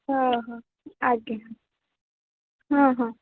ହଁ ହଁ ଆଜ୍ଞା ହଁ ହଁ